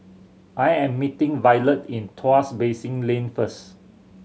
I am meeting Violet in Tuas Basin Lane first